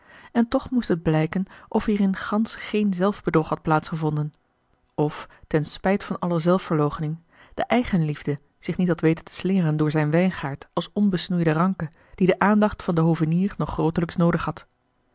en toch moest het blijken of hierin gansch geen zelfbedrog had plaats gevonden of ten spijt van alle zelfverloochening de eigenliefde zich niet had weten te slingeren door zijn wijngaard als onbesnoeide ranke die de aandacht van den hovenier nog grootelijks noodig had